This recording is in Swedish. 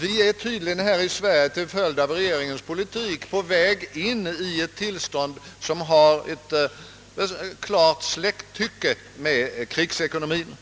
Vi är tydligen här i Sverige till följd av regeringens politik på väg in i ett tillstånd som har ett klart släkttycke med krigsekonomien